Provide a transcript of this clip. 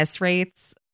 rates